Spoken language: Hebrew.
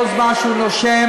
כל זמן שהוא נושם,